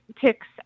ticks